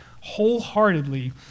wholeheartedly